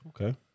Okay